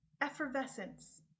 effervescence